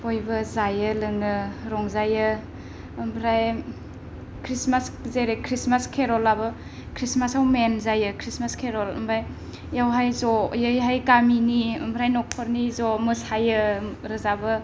बयबो जायो लोङो रंजायो ओमफ्राय खृष्टमास जेरै खृष्टमास केरलाबो खृष्टमासाव मेन जायो खृष्टमास केरल ओमफ्राय बेवहाय जयैहाय गामिनि ओमफ्राय नखरनि ज' मोसायो रोजाबो